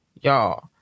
Y'all